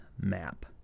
Map